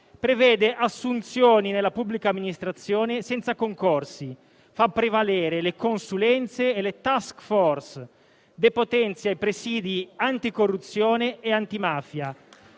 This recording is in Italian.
prevede assunzioni nella pubblica amministrazione senza concorsi, fa prevalere le consulenze e le *task force*, depotenzia i presidi anticorruzione e antimafia